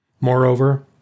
Moreover